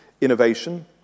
innovation